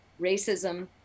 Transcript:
racism